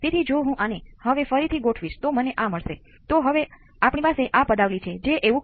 તેથી કૃપા કરીને આના વિશે વિચારો